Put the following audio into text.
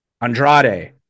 Andrade